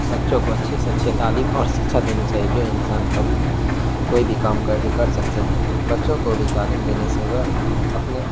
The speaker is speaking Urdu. بچوں کو اچھے سے اچھے تعلیم اور سکچھا دینی چاہیے جو انسان کبھی کوئی بھی کام کر کر سکتے ہیں بچوں کو بھی تعلیم دینے وہ اپنے